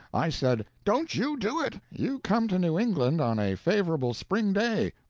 i said, don't you do it you come to new england on a favorable spring day.